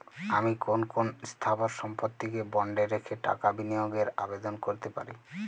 আমি কোন কোন স্থাবর সম্পত্তিকে বন্ডে রেখে টাকা বিনিয়োগের আবেদন করতে পারি?